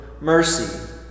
mercy